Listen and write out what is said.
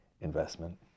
investment